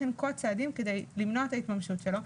לנקוט צעדים כדי למנוע את ההתממשות שלו,